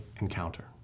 encounter